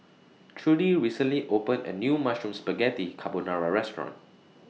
Trudi recently opened A New Mushroom Spaghetti Carbonara Restaurant